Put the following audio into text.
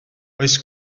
oes